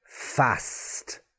fast